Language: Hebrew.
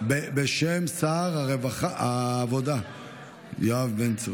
בשם שר העבודה יואב בן צור.